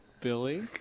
Billy